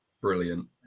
brilliant